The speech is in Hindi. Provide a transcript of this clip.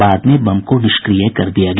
बाद में बम को निष्क्रिय कर दिया गया